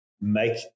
make